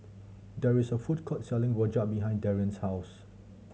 there is a food court selling rojak behind Darien's house